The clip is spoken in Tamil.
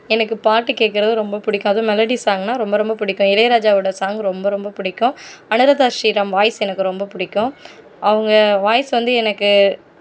எனக்கு பாட்டு கேட்கறது ரொம்ப பிடிக்கும் அதுவும் மெலடி சாங்னா ரொம்ப ரொம்ப பிடிக்கும் இளையராஜாவோடய சாங் ரொம்ப ரொம்ப பிடிக்கும் அனுராதா ஸ்ரீராம் வாய்ஸ் எனக்கு ரொம்ப பிடிக்கும் அவங்க வாய்ஸ் வந்து எனக்கு